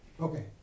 Okay